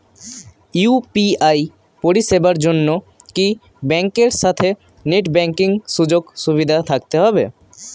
UPI পরিষেবার জন্য কি ব্যাংকের সাথে নেট ব্যাঙ্কিং সুযোগ সুবিধা থাকতে হবে?